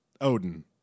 Odin